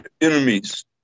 enemies